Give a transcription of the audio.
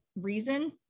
reason